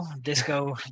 disco